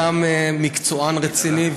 גם מקצוען רציני,